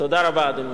תודה רבה, אדוני